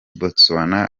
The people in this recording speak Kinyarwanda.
botswana